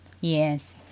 Yes